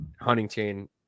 Huntington